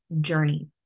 journey